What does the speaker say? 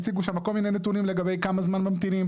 הציגו שם כל מיני נתונים לגבי כמה זמן ממתינים,